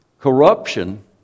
corruption